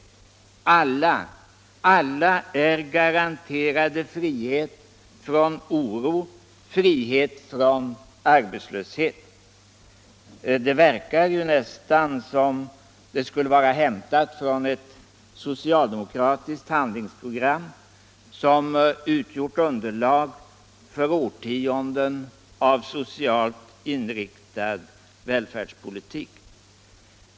Alla — alla — är garanterade frihet från oro, frihet från arbetslöshet. Det verkar ju nästan som hämtat från ett socialdemokratiskt handlingsprogram — som utgjort underlag för årtionden av socialt inriktad välfärdspolitik.